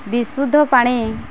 ବିଶୁଦ୍ଧ ପାଣି